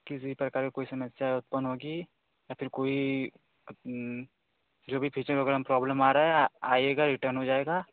किसी प्रकार की कोई समस्या उत्पन्न होगी या फिर कोई जो भी फीचर वग़ैरह में प्रॉब्लम आ रहा है आइएगा रिटर्न हो जाएगा